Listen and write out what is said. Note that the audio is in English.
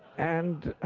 and